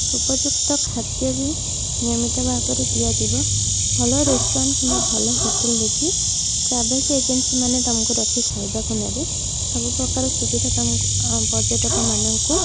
ଉପଯୁକ୍ତ ଖାଦ୍ୟ ବି ନିୟମିତ ଭାବରେ ଦିଆଯିବ ଭଲ ରେଷ୍ଟୁରାଣ୍ଟ୍ କିମ୍ବା ଭଲ ହୋଟେଲ୍ ଦେଖି ଟ୍ରାଭେଲ୍ସ ଏଜେନ୍ସିମାନେ ତୁମକୁ ରଖିକି ଖାଇବାକୁ ନେବେ ସବୁ ପ୍ରକାର ସୁବିଧା ତୁମକୁ ପର୍ଯ୍ୟଟକମାନଙ୍କୁ